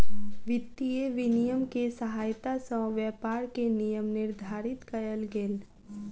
वित्तीय विनियम के सहायता सॅ व्यापार के नियम निर्धारित कयल गेल